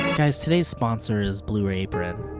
guys today's sponser is blue apron